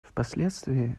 впоследствии